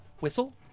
whistle